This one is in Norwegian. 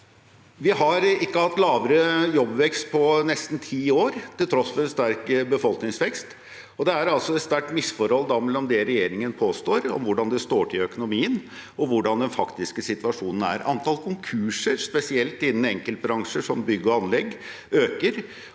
Vi har ikke hatt lavere jobbvekst på nesten ti år, til tross for sterk befolkningsvekst. Det er altså et sterkt misforhold mellom det regjeringen påstår om hvordan det står til i økonomien, og hvordan den faktiske situasjonen er. Antall konkurser øker, spesielt innen enkeltbransjer som bygg og anlegg, og